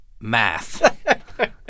Math